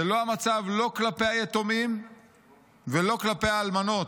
זה לא המצב, לא כלפי היתומים ולא כלפי האלמנות.